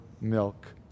milk